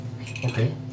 Okay